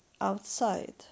Outside